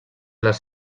les